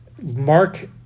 Mark